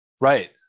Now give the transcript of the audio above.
Right